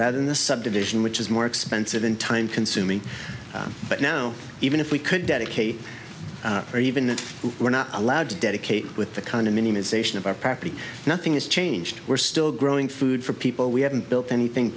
rather than the subdivision which is more expensive and time consuming but now even if we could dedicate or even that we're not allowed to dedicate with the kind of minimisation of our property nothing has changed we're still growing food for people we haven't built anything